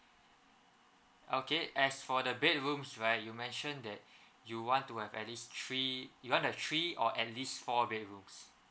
okay as for the bedrooms right you mention that you want to have at least three you want to have three or at least four bedrooms